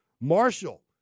Marshall